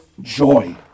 joy